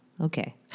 Okay